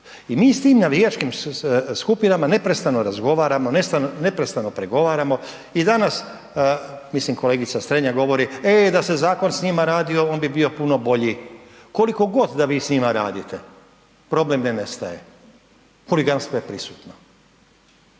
i mi s tim navijačkim skupinama neprestano razgovaramo, neprestano pregovaramo i danas, mislim kolegica Strenja govori, e da se zakon s njima radio on bi bio puno bolji. Koliko god da vi s njima radite, problem ne nestaje, huliganstvo je prisutno.